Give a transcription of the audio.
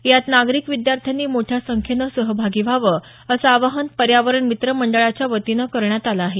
यात नागरिक विद्यार्थ्यांनी मोठ्या संख्येनं सहभागी व्हावं असं आवाहन पर्यावरण मित्र मंडळाच्या वतीनं करण्यात आलं आहे